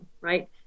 right